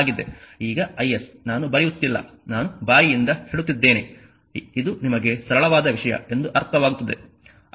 ಈಗ i s ನಾನು ಬರೆಯುತ್ತಿಲ್ಲ ನನ್ನ ಬಾಯಿಂದ ಹೇಳುತ್ತಿದ್ದೇನೆ ಇದು ನಿಮಗೆ ಸರಳವಾದ ವಿಷಯ ಎಂದು ಅರ್ಥವಾಗುತ್ತದೆ